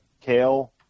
kale